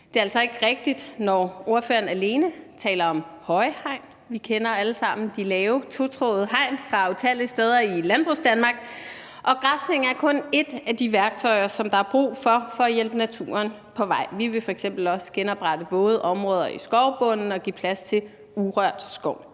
det er altså ikke rigtigt, når spørgeren alene taler om høje hegn. Vi kender alle sammen de lave totrådede hegn fra utallige steder i Landbrugsdanmark, og græsning er kun ét af de værktøjer, som der er brug for, for at hjælpe naturen på vej. Vi vil f.eks. også genoprette våde områder i skovbunden og give plads til urørt skov,